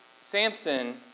Samson